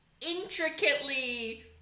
intricately